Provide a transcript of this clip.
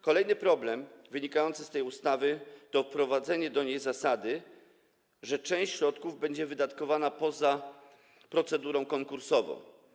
Kolejny problem wynikający z tej ustawy to wprowadzenie do niej zasady, że część środków będzie wydatkowana poza procedurą konkursową.